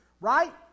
right